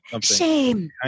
shame